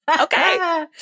Okay